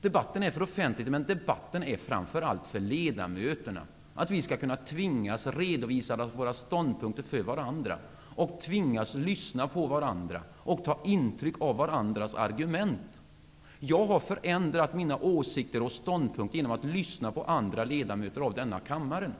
Debatten är till för offentligheten. Men debatten är framför allt till för ledamöterna, att vi skall kunna tvingas redovisa våra ståndpunkter för varandra, tvingas lyssna på varandra och ta intryck av varandras argument. Jag har ändrat mina åsikter och ståndpunkter genom att lyssna på andra ledamöter i denna kammare.